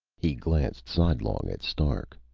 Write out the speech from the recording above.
he glanced sidelong at stark,